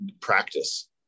practice